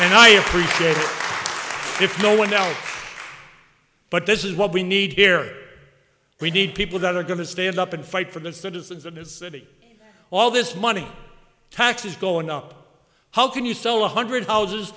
if no one down but this is what we need here we need people that are going to stand up and fight for the citizens of this city all this money taxes going up how can you sell a hundred houses